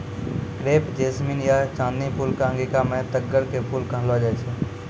crepe jasmine या चांदनी फूल कॅ अंगिका मॅ तग्गड़ के फूल कहलो जाय छै